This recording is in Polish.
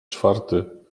czwarty